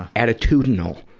attitudinal,